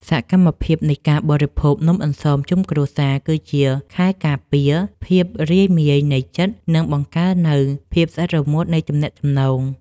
សកម្មភាពនៃការបរិភោគនំអន្សមជុំគ្រួសារគឺជាខែលការពារភាពរាយមាយនៃចិត្ត និង បង្កើននូវភាពស្អិតរមួតនៃទំនាក់ទំនង។